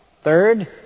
Third